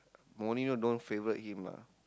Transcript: Maurinho don't favorite him lah